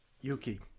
Yuki